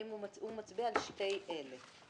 הוא מצביע על שתי אלה.